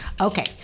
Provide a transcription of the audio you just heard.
okay